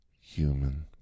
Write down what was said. human